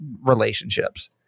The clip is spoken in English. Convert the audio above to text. relationships